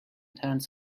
terence